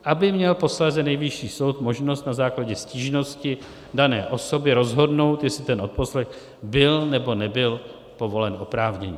Aby měl posléze Nejvyšší soud možnost na základě stížnosti dané osoby rozhodnout, jestli ten odposlech byl, nebo nebyl povolen oprávněně.